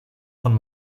von